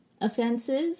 offensive